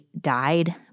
died